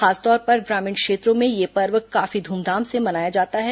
खासतौर पर ग्रामीण क्षेत्रों में यह पर्व काफी ध्रमधाम से मनाया जाता है